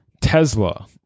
Tesla